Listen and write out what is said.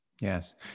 Yes